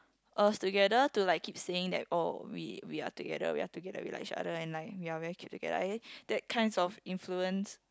us together to like keep saying that oh we we are together we are together we like each other and like we are very cute together I that kinds of influence